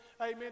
Amen